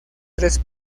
tres